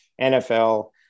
NFL